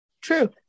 true